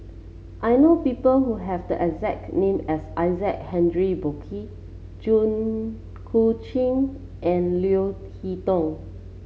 I know people who have the exact name as Isaac Henry Burkill Jit Koon Ch'ng and Leo Hee Tong